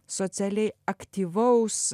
socialiai aktyvaus